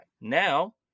Now